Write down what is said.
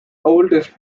oldest